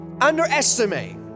underestimate